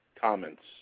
comments